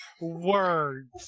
words